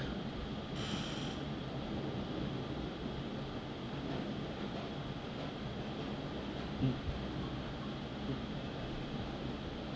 mm mm